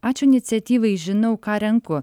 ačiū iniciatyvai žinau ką renku